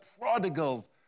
prodigals